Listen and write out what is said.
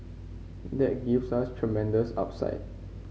that gives us tremendous upside